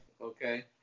okay